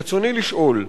רצוני לשאול: